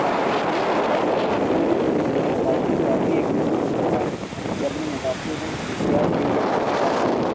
ہاں یقیناً Musab Vivo V twenty seven five G واقعی ایک بہترین انتخاب ہے جو اپنی متاثر کن خصوصیات کے لیے جانا جاتا ہے